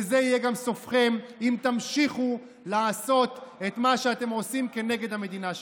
וזה יהיה גם סופכם אם תמשיכו לעשות את מה שאתם עושים כנגד המדינה שלנו.